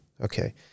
okay